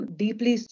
deeply